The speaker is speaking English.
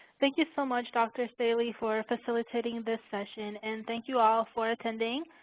thank you so much, dr. staley, for facilitating this sessions and thank you all for attending.